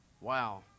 Wow